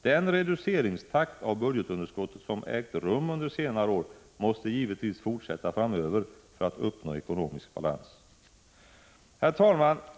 Den reduceringstakt när det gäller budgetunderskottet som förekommit under senare år måste givetvis fortsätta framöver för att vi skall uppnå ekonomisk balans.